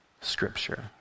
Scripture